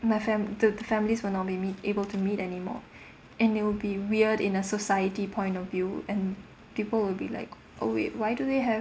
my fam~ the families will not be meet able to meet anymore and it will be weird in a society point of view and people will be like oh wait why do they have